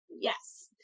Yes